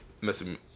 messing